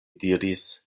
diris